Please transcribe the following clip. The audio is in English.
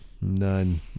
none